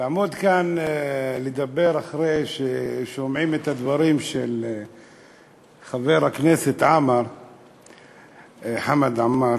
לעמוד כאן לדבר אחרי ששומעים את הדברים של חבר הכנסת חמד עמאר,